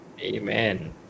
Amen